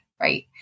right